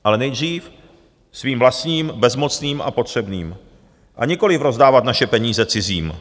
Ale nejdřív svým vlastním bezmocným a potřebným, a nikoliv rozdávat naše peníze cizím.